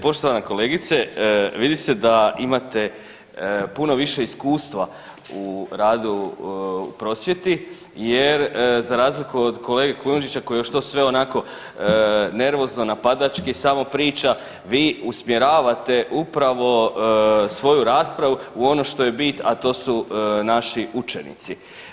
Poštovana kolegice vidi se da imate puno više iskustva u radu u prosvjeti jer za razliku od kolege Kujundžića koji još to sve onako nervozno, napadački samo priča vi usmjeravate upravo svoju raspravu u ono što je bit, a to su naši učenici.